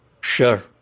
Sure